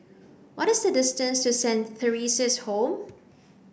what is the distance to Saint Theresa's Home